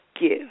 give